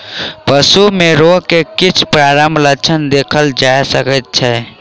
पशु में रोग के किछ प्रारंभिक लक्षण देखल जा सकै छै